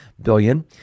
billion